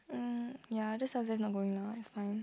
mm ya just tell them not going lah it's fine